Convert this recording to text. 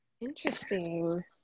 Interesting